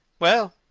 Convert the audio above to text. well,